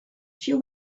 she